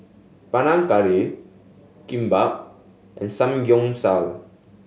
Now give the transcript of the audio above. Panang Curry Kimbap and Samgeyopsal